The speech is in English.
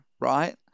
right